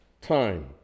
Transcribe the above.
time